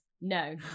no